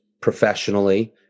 professionally